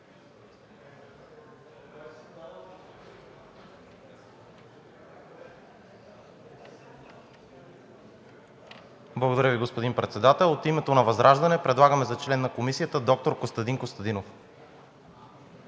Благодаря Ви, господин Председател. От името на ВЪЗРАЖДАНЕ предлагаме за член на Комисията доктор Костадин Костадинов.